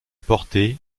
porté